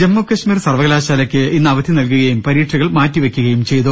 ജമ്മു കശ്മീർ സർവകലാശാലയ്ക്ക് ഇന്ന് അവധി നൽകുകയും പരീക്ഷകൾ മാറ്റിവയ്ക്കുകയും ചെയ്തു